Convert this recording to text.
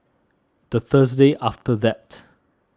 the Thursday after that